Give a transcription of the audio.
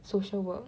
social work